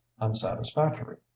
unsatisfactory